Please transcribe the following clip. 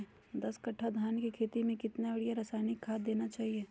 दस कट्टा धान की खेती में कितना यूरिया रासायनिक खाद देना चाहिए?